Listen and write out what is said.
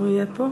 אם הוא יהיה פה,